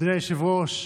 אדוני היושב-ראש,